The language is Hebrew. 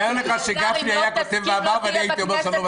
תאר לך שגפני היה כותב מאמר ואני הייתי אומר שאני לא מסכים.